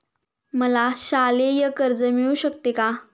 मला शालेय कर्ज मिळू शकते का?